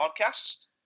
podcast